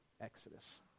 exodus